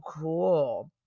cool